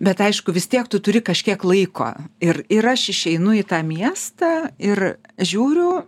bet aišku vis tiek tu turi kažkiek laiko ir ir aš išeinu į tą miestą ir žiūriu